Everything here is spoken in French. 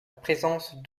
présence